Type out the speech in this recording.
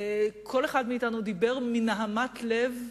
כל אחד מאתנו דיבר מנהמת לב,